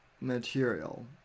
material